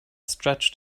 stretched